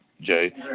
Jay